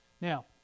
Now